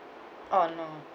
oh no